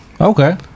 okay